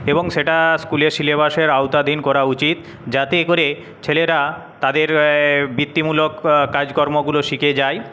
এবং সেটা স্কুলের সিলেবাসের আওতাধীন করা উচিত যাতে করে ছেলেরা তাদের বৃত্তিমূলক কাজকর্মগুলো শিখে যায়